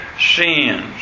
sins